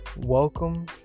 Welcome